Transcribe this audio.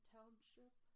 Township